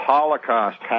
Holocaust